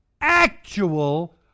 actual